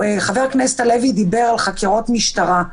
חבר הכנסת הלוי דיבר על חקירות משטרה.